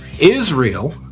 Israel